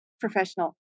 professional